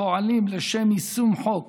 פועלים לשם יישום חוק